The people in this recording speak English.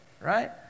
right